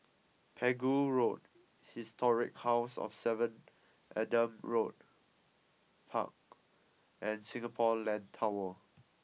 Pegu Road Historic House of Seven Adam Road Park and Singapore Land Tower